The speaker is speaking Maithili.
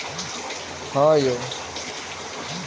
आर्थिक विकासक मतलब होइ छै वास्तविक सकल घरेलू उत्पाद मे वृद्धि